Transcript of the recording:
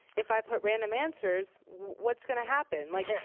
if i put random answers, what's gonna happen? like, yeah